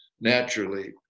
naturally